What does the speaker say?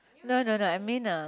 no no no I mean uh